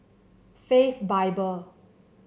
Faith Bible